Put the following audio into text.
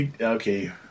Okay